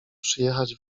przyjechać